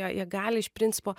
jie gali iš principo